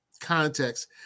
context